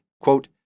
Quote